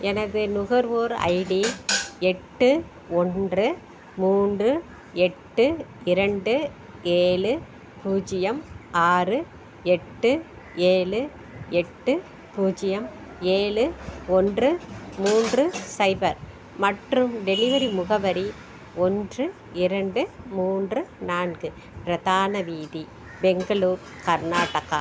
எனது நுகர்வோர் ஐடி எட்டு ஒன்று மூன்று எட்டு இரண்டு ஏழு பூஜ்யம் ஆறு எட்டு ஏலு எட்டு பூஜ்யம் ஏழு ஒன்று மூன்று சைபர் மற்றும் டெலிவரி முகவரி ஒன்று இரண்டு மூன்று நான்கு பிரதான வீதி பெங்களூர் கர்நாட்டகா